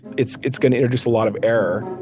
it's it's going to introduce a lot of error.